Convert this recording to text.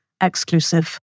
exclusive